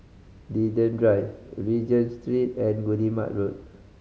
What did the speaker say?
Linden Drive Regent Street and Guillemard Road